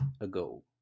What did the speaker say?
ago